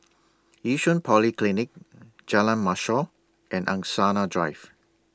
Yishun Polyclinic Jalan Mashhor and Angsana Drive